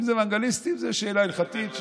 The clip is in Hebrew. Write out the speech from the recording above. אם זה אוונגליסטים, זאת שאלה הלכתית.